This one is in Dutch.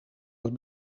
het